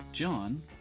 John